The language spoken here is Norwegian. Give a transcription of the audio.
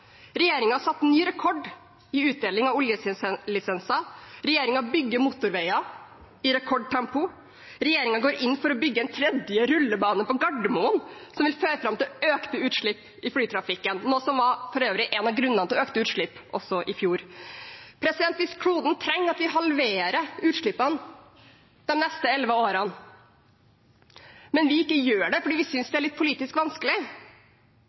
ny rekord i utdeling av oljelisenser, regjeringen bygger motorveier i rekordtempo, regjeringen går inn for å bygge en tredje rullebane på Gardermoen, som vil føre til økte utslipp i flytrafikken, noe som for øvrig var en av grunnene til økte utslipp også i fjor. Hvis kloden trenger at vi halverer utslippene de neste elleve årene, men vi ikke gjør det fordi vi synes det er litt politisk vanskelig